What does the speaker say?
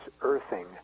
earthing